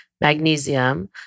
magnesium